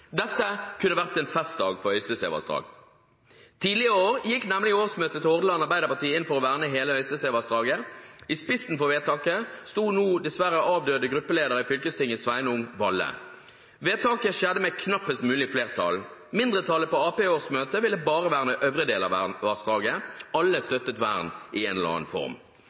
Dette kunne vært en festdag for Øystesevassdraget. Tidligere i år gikk nemlig årsmøtet til Hordaland Arbeiderparti inn for å verne hele Øystesevassdraget. I spissen for vedtaket sto – nå dessverre avdøde – gruppeleder i fylkestinget Sveinung Valle. Vedtaket skjedde med knappest mulig flertall. Mindretallet på Arbeiderpartiets årsmøte ville bare verne øvre del av vassdraget. Alle støttet vern i en eller annen form.